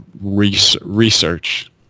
research